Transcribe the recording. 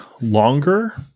longer